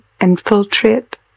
infiltrate